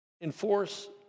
enforce